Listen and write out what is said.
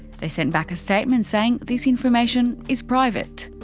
they sent back a statement saying this information is private.